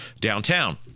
downtown